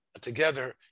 together